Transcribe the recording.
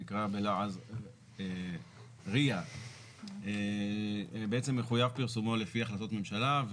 שנקרא בלעז RIA. בעצם מחויב פרסומו לפי החלטות ממשלה.